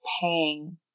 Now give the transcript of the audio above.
paying